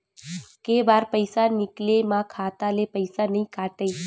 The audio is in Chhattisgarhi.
के बार पईसा निकले मा खाता ले पईसा नई काटे?